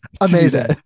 Amazing